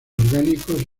orgánicos